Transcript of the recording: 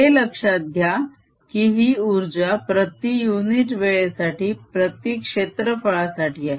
हे लक्षात घ्या की ही उर्जा प्रती युनिट वेळेसाठी प्रती क्षेत्रफळासाठी आहे